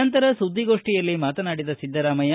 ನಂತರ ಸುದ್ದಿಗೋಷ್ಠಿಯಲ್ಲಿ ಮಾತನಾಡಿದ ಸಿದ್ದರಾಮಯ್ಯ